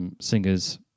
singers